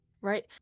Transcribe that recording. right